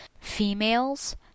females